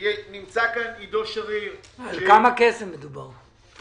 על כמה כסף מדובר?